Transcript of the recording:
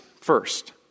first